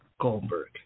Goldberg